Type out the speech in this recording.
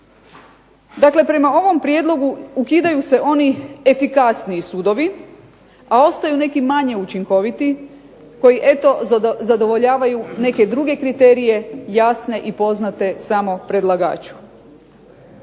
Dakle, prema ovom prijedlogu ukidaju se oni efikasniji sudovi, a ostaju neki manje učinkoviti koji eto zadovoljavaju neke druge kriterije jasne i poznate samo predlagaču.